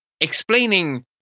explaining